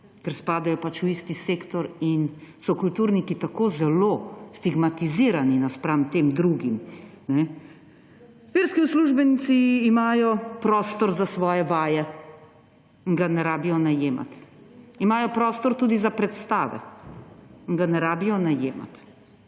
ker spadajo pač v isti sektor in so kulturniki tako zelo stigmatizirani napram tem drugim. Verski uslužbenci imajo prostor za svoje vaje, ga ne rabijo najemati; imajo prostor tudi za predstave in ga ne rabijo najemati.